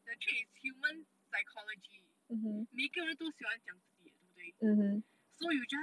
the trick is human psychology 每个人都喜欢讲自己对不对 so you just